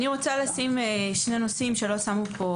אני רוצה לשים שני נושאים שלא שמו פה